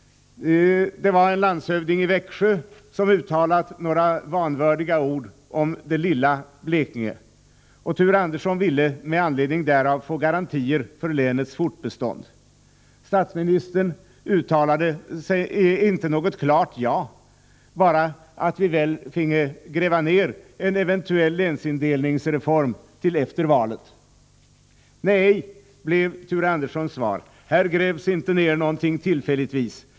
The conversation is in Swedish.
En landshövding i Växjö hade uttalat några vanvördiga ord om det lilla Blekinge. Thure Andersson ville med anledning därav få garantier för länets fortbestånd. Statsministern uttalade inte något klart ja, bara att vi väl finge gräva ner en eventuell länsindelningsreform till efter valet. ”Nej”, blev Thure Anderssons svar. ”Här grävs inte ned någonting tillfälligtvis.